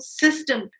system